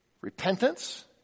repentance